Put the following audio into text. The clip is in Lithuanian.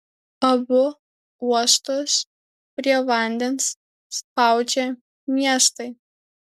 abu uostus prie vandens spaudžia miestai